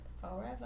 forever